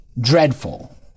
dreadful